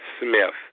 Smith